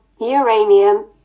uranium